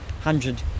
hundred